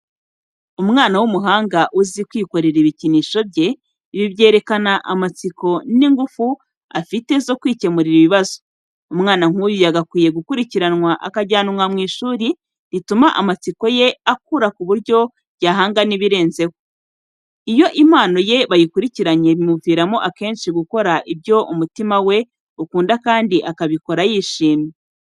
Umwana w'umuhanga uzi kwikorera ibikinisho bye, ibi byerekana amatsiko n'ingufu afite zo kwikemurira ibibazo. Umwana nk'uyu yagakwiye gukurikiranwa akajyanwa mu ishuri rituma amatsiko ye akura ku buryo yahanga n'ibirenzeho. Iyo impano ye bayikurikiranye bimuviramo akenshi gukora ibyo umutima we ukunda kandi akabikora yishimye.